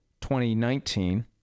2019